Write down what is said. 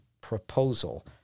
proposal